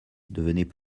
devenaient